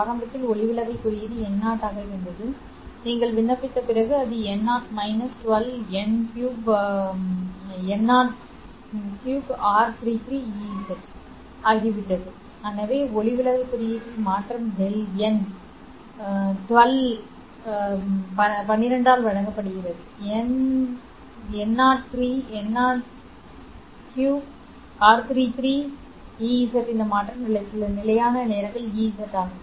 ஆரம்பத்தில் ஒளிவிலகல் குறியீடு n0 ஆக இருந்தது நீங்கள் விண்ணப்பித்த பிறகு அது n0−12 n30r33Ez ஆகிவிட்டது எனவே ஒளிவிலகல் குறியீட்டில் மாற்றம் Δn 12 ஆல் வழங்கப்படுகிறது n30r33Ez இந்த மாற்றம் சில நிலையான நேரங்கள் Ez ஆகும்